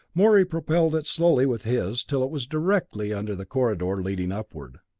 morey propelled it slowly with his, till it was directly under the corridor leading upward.